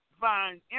find